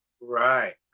Right